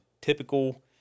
typical